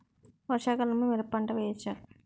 వర్షాకాలంలో మిరప పంట వేయవచ్చా?